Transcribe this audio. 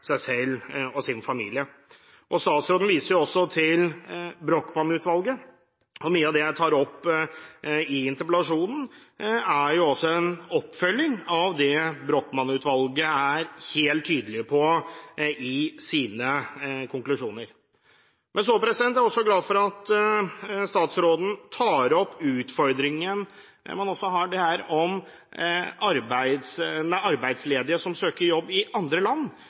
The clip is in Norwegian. seg selv og sin familie. Statsråden viser også til Brochmann-utvalget. Mye av det jeg tar opp i interpellasjonen, er en oppfølging av det Brochmann-utvalget er helt tydelige på i sine konklusjoner. Jeg er glad for at statsråden tar opp utfordringen man har når det gjelder arbeidsledige som søker jobb i andre land